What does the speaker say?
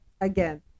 Again